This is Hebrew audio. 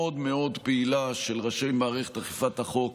מאוד פעילה של ראשי מערכת אכיפת החוק,